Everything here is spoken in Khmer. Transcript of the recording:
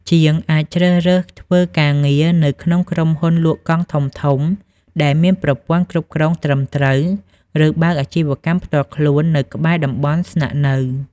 ជាងអាចជ្រើសរើសធ្វើការងារនៅក្នុងក្រុមហ៊ុនលក់កង់ធំៗដែលមានប្រព័ន្ធគ្រប់គ្រងត្រឹមត្រូវ ឬបើកអាជីវកម្មផ្ទាល់ខ្លួននៅក្បែរតំបន់ស្នាក់នៅ។